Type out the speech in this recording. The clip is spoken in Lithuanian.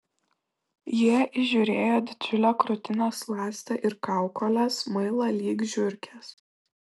jie įžiūrėjo didžiulę krūtinės ląstą ir kaukolę smailą lyg žiurkės